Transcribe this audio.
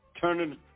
Turning